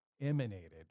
emanated